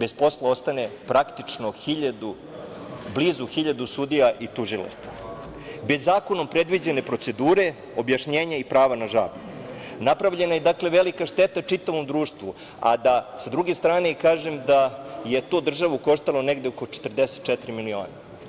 bez posla ostane praktično hiljadu, blizu hiljadu sudija i tužilaštva, bez zakonom predviđene procedure objašnjenje i prava na žalbu, napravljena je dakle velika šteta čitavom društvu, a da sa druge strane i kažem da je to državu koštalo negde oko 44 miliona.